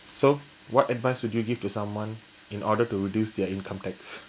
so what advice would you give to someone in order to reduce their income tax